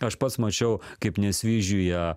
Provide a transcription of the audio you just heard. aš pats mačiau kaip nesvyžiuje